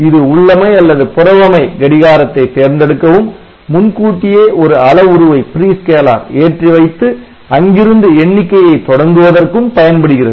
இது உள்ளமை அல்லது புறவமை கடிகாரத்தை தேர்ந்தெடுக்கவும் முன்கூட்டியே ஒரு அளவுருவை ஏற்றிவைத்து அங்கிருந்து எண்ணிக்கையைத் தொடங்குவதற்கும் பயன்படுகிறது